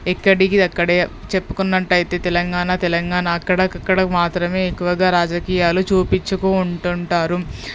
ఎక్కడకిది అక్కడే చెప్పుకున్నటైతే తెలంగాణా తెలంగాణ అక్కడికి అక్కడకి మాత్రమే ఎక్కువగా రాజకీయాలు చూపించుకుంటూ ఉంటారు